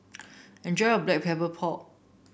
enjoy your Black Pepper Pork